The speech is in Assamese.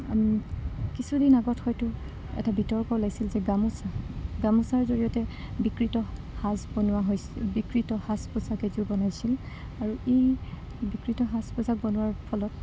কিছুদিন আগত হয়তো এটা বিতৰ্ক ওলাইছিল যে গামোচা গামোচাৰ জৰিয়তে বিকৃত সাজ বনোৱা হৈছিল বিকৃত সাজ পোচাক এযোৰ বনাইছিল আৰু এই বিকৃত সাজ পোজাক বনোৱাৰ ফলত